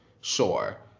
sure